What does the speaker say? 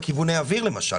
כיווני האוויר.